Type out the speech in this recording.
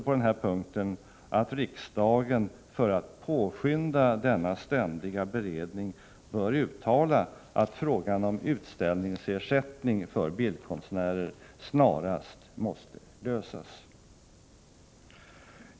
På den här punkten bör riksdagen, för att påskynda denna ständiga beredning, uttala att frågan om utställningsersättning för bildkonstnärer snarast måste lösas.